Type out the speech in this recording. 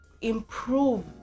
improve